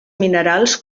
minerals